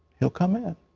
he'll come in.